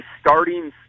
starting